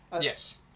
Yes